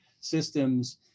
systems